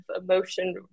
emotion